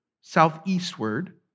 southeastward